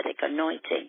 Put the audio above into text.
anointing